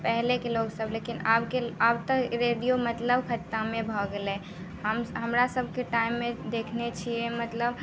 पहिनेके लोकसभ लेकिन आबके आब तऽ रेडियो मतलब खतमे भऽ गेलै हम हमरासभके टाइममे देखने छियै मतलब